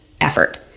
effort